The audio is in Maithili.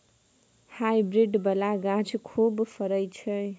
हाईब्रिड बला गाछ खूब फरइ छै